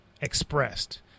expressed